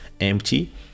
empty